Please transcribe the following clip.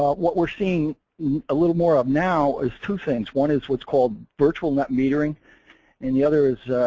what we're seeing a little more of now is two things. one is what's called virtual net metering and the other is